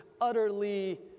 utterly